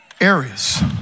areas